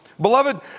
Beloved